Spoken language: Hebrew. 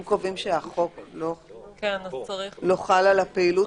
אם קובעים שהחוק לא חל על הפעילות,